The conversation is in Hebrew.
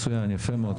מצוין, יפה מאוד.